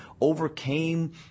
overcame